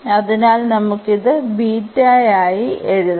അതിനാൽ നമുക്ക് ഇത് ബീറ്റായായി എഴുതാം